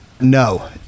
No